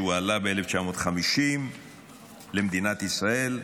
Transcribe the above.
ב-1950 הוא עלה למדינת ישראל.